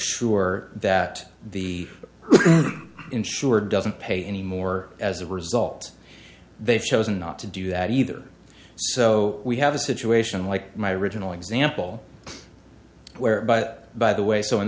sure that the insured doesn't pay anymore as a result they've chosen not to do that either so we have a situation like my original example whereby by the way so in